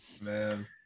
Man